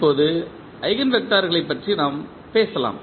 இப்போது ஈஜென்வெக்டர்களைப் பற்றி நாம் பேசலாம்